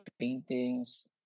paintings